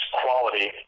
quality